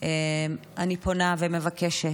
אני פונה ומבקשת: